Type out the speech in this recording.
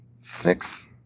six